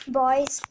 boys